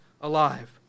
alive